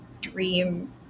dream